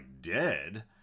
dead